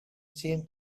seen